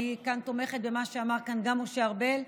אני תומכת במה שאמר כאן גם משה ארבל,